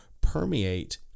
permeate